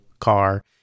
car